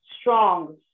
strong